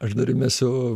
aš dar įmesiu